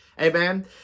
Amen